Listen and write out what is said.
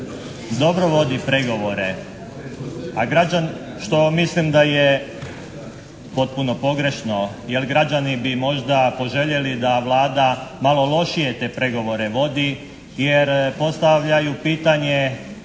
dobro vodi pregovore", što mislim da je potpuno pogrešno jer građani bi možda poželjeli da Vlada malo lošije te pregovore vodi jer postavljaju pitanje